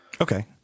Okay